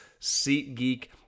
SeatGeek